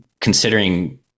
considering